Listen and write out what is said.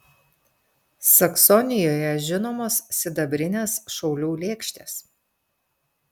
saksonijoje žinomos sidabrinės šaulių lėkštės